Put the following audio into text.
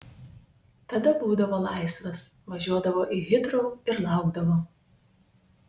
tada būdavo laisvas važiuodavo į hitrou ir laukdavo